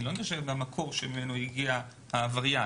היא לא נרשמת במקור ממנו הגיע העבריין.